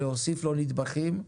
או להוסיף לו נדבכים.